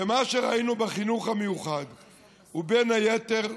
מה שראינו בחינוך המיוחד הוא, בין היתר,